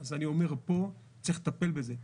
אז אני אומר פה, צריך לטפל בזה.